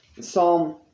Psalm